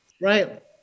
Right